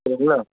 சரிங்களா